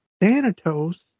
thanatos